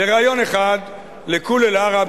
וריאיון אחד ל"כל אל-ערב",